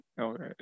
Okay